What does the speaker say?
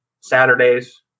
Saturdays